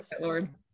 Lord